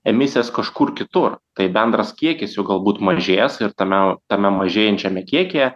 emisijas kažkur kitur tai bendras kiekis jų galbūt mažės ir tame tame mažėjančiame kiekyje